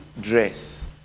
dress